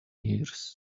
years